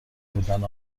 بودن